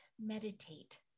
meditate